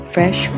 Fresh